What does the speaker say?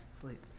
sleep